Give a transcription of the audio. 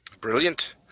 Brilliant